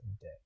day